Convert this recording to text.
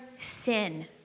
sin